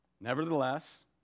Nevertheless